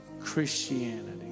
Christianity